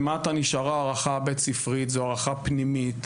למטה נשארה הערכה בית ספרית זו הערכה פנימית,